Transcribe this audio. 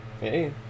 Hey